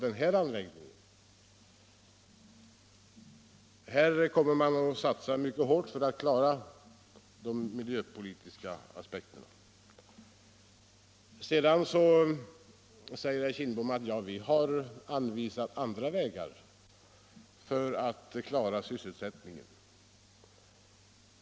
Man kommer här att satsa mycket hårt för att klara de miljöpolitiska aspekterna. Herr Kindbom säger vidare att centern har redovisat andra vägar för att klara sysselsättningen.